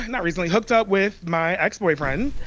not recently, hooked up with my ex-boyfriend,